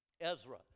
Ezra